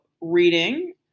reading